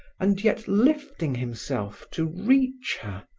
and yet lifting himself to reach her.